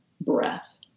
breath